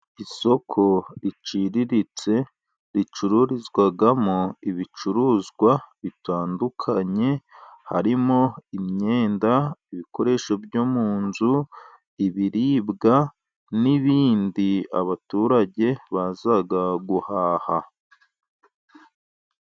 Isoko riciriritse ricururizwamo ibicuruzwa bitandukanye, harimo imyenda, ibikoresho byo mu nzu, ibiribwa, n'ibindi abaturage baza guhaha.